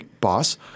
boss